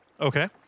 Okay